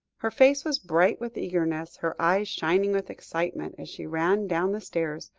her face was bright with eagerness, her eyes shining with excitement, as she ran down the stairs,